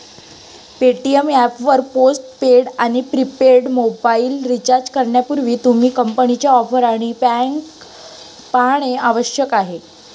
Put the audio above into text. Paytm app वर post paid आणि prepaid mobile recharge करण्यापूर्वी, तुम्ही कंपनीच्या ऑफर आणि पॅक पाहणे आवश्यक आहे